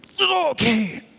okay